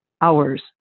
hours